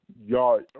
Y'all